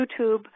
YouTube